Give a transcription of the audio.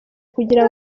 kugira